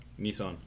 Nissan